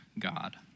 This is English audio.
God